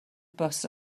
bws